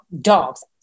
dogs